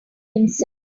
himself